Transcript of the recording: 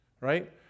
right